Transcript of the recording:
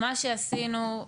מה שעשינו,